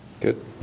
Good